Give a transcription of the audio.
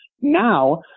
Now